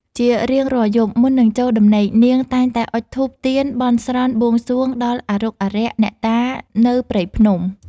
ជារៀងរាល់យប់ មុននឹងចូលដំណេក នាងតែងតែអុជធូបទៀនបន់ស្រន់បួងសួងដល់អារុក្ខអារក្ខអ្នកតានៅព្រៃភ្នំ។